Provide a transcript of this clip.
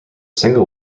single